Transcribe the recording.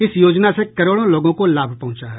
इस योजना से करोडों लोगों को लाभ पहुंचा है